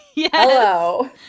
Hello